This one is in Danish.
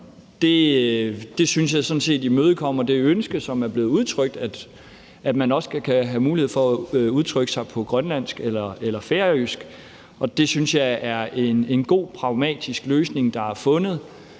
Det synes jeg sådan set imødekommer det ønske, som er blevet udtrykt, om, at man også skal have mulighed for at udtrykke sig på grønlandsk eller færøsk. Jeg synes, det er en god og pragmatisk løsning, der er fundet.